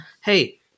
Hey